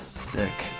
sick